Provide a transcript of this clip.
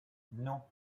non